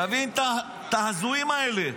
תבין את ההזויים האלה.